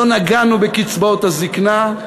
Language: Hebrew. לא נגענו בקצבאות הזיקנה,